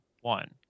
one